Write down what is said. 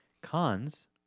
Cons